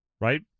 Right